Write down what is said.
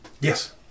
Yes